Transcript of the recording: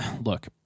look